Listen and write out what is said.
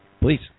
Please